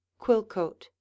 Quilcoat